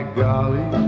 golly